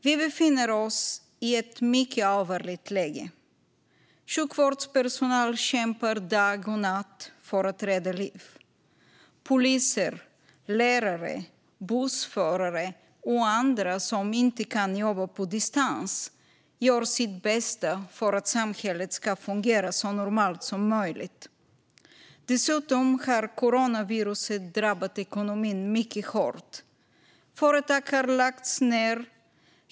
Vi befinner oss i ett mycket allvarligt läge. Sjukvårdspersonal kämpar dag och natt för att rädda liv. Poliser, lärare, bussförare och andra som inte kan jobba på distans gör sitt bästa för att samhället ska fungera så normalt som möjligt. Dessutom har coronaviruset drabbat ekonomin mycket hårt. Företag har lagts ned.